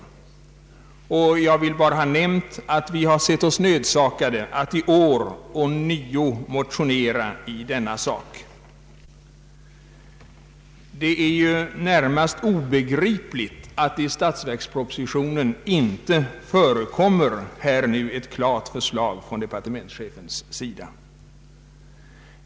Jag vill här i dag bara ha nämnt att vi, som intresserat oss för denna fråga, har sett oss nödsakade att i år ånyo motionera i den. Det är ju närmast obegripligt att det i statsverkspropositionen inte förekommer ett klart förslag från departementschefen.